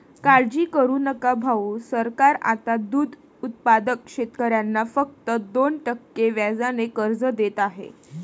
काळजी करू नका भाऊ, सरकार आता दूध उत्पादक शेतकऱ्यांना फक्त दोन टक्के व्याजाने कर्ज देत आहे